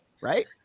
right